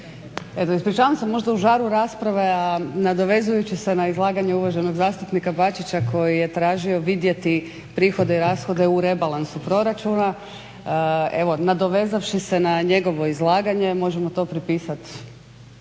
Ispričavam se, možda u žaru rasprave a nadovezujući se na izlaganje uvaženog zastupnika Bačića koji je tražio vidjeti prihode i rashode u rebalansu proračuna. Evo nadovezavši se na njegovo izlaganje možemo to pripisati